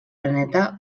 planeta